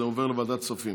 זה עובר לוועדת הכספים.